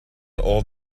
old